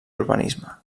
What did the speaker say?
urbanisme